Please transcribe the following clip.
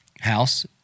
house